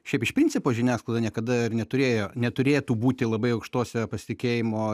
šiaip iš principo žiniasklaida niekada ir neturėjo neturėtų būti labai aukštose pasitikėjimo